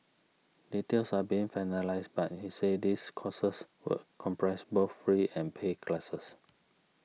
details are being finalised but he said these courses would comprise both free and paid classes